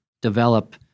develop